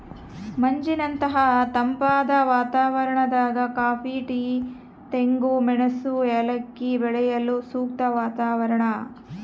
ಮಂಜಿನಂತಹ ತಂಪಾದ ವಾತಾವರಣದಾಗ ಕಾಫಿ ಟೀ ತೆಂಗು ಮೆಣಸು ಏಲಕ್ಕಿ ಬೆಳೆಯಲು ಸೂಕ್ತ ವಾತಾವರಣ